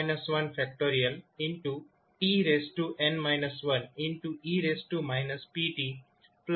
tn 1e ptf1𝑡 લખી શકો છો